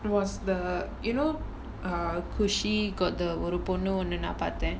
it was the you know a குஷி:kushi got the ஒரு பொண்ணு ஒன்னு நா பாத்தேன்:oru ponnu onnu naa paathaen